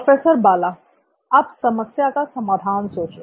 professor Bala अब समस्या का समाधान सोचो